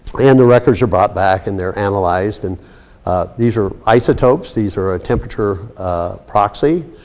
and the records are brought back and they're analyzed. and these are isotopes. these are a temperature proxy,